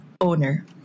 owner